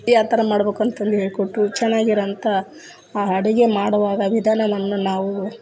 ಯಾವ ಥರ ಮಾಡ್ಬೇಕ್ ಅಂತಂದು ಹೇಳ್ಕೊಟ್ರು ಚೆನ್ನಾಗ್ ಇರೋಂಥ ಆ ಅಡುಗೆ ಮಾಡೋವಾಗ ವಿಧಾನವನ್ನು ನಾವು